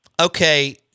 okay